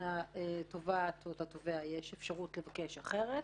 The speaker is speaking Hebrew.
כאשר לתובעת או לתובע יש אפשרות לבקש אחרת,